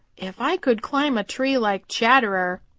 if i could climb a tree like chatterer,